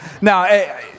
Now